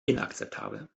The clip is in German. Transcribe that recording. inakzeptabel